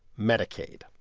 medicaid.